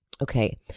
Okay